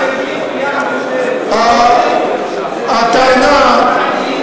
בשבוע הבא אני מביא,